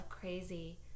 crazy